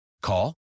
Call